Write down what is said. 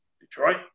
Detroit